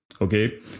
okay